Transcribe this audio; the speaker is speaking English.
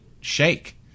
shake